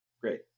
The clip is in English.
Great